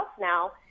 now